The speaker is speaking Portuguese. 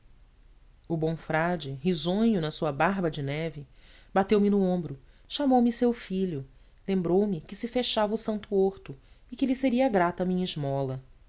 o bom frade risonho na sua barba de neve bateu me no ombro chamou-me seu filho lembroume que se fechava o santo horto e que lhe seria grata a minha esmola